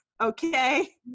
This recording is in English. Okay